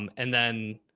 um and then.